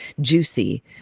juicy